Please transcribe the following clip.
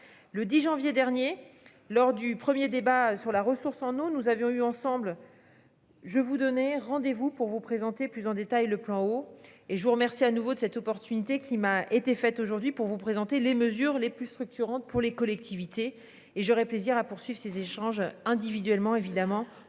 Le 10 janvier dernier lors du 1er débat sur la ressource en eau. Nous avions eu ensemble. Je vous donner rendez-vous pour vous présenter plus en détail le plan eau et je vous remercie à nouveau de cette opportunité qui m'a été faite aujourd'hui pour vous présenter les mesures les plus structurante pour les collectivités et j'aurais plaisir à poursuivre ces échanges individuellement évidemment